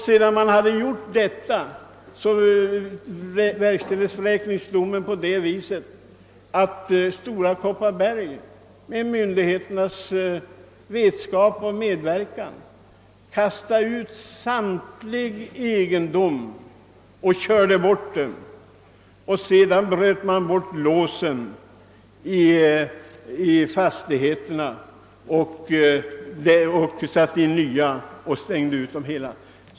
Sedan man sagt detta verkställs vräkningsdomen på det sättet att Stora Kopparbergs Bergslags Aktiebolag med myndigheternas vetskap och medverkan kastar ut samtlig egendom och kör bort de där boende. Man bryter sedan ur låsen i fastigheterna, sätter in nya och stänger därmed alla ute, även från en enskilt ägd stuga.